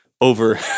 over